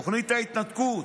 תוכנית ההתנתקות,